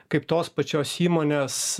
kaip tos pačios įmonės